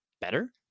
better